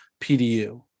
PDU